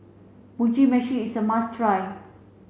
Mugi Meshi is a must try